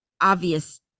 obvious